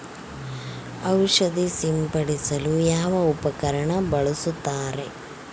ಔಷಧಿ ಸಿಂಪಡಿಸಲು ಯಾವ ಉಪಕರಣ ಬಳಸುತ್ತಾರೆ?